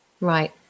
Right